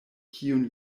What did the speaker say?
kiun